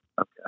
okay